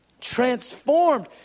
transformed